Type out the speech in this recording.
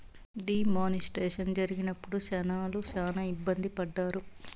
D మానిస్ట్రేషన్ జరిగినప్పుడు జనాలు శ్యానా ఇబ్బంది పడ్డారు